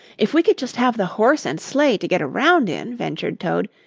if we could just have the horse and sleigh to get around in, ventured toad.